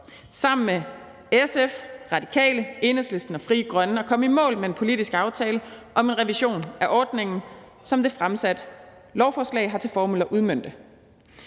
sammen med SF, Radikale, Enhedslisten og Frie Grønne at komme i mål med en politisk aftale om en revision af ordningen, som det fremsatte lovforslag har til formål at udmønte.